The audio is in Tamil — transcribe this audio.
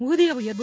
ஊதிய உயர்வு